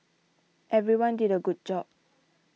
everyone did a good job